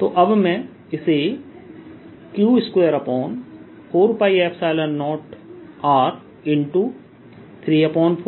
तो अब मैं इसे Q24π0R 34